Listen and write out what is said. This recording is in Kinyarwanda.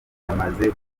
yamaze